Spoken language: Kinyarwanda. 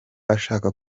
ashaka